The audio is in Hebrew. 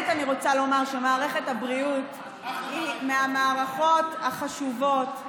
אני רוצה לומר שמערכת הבריאות היא מהמערכות החשובות,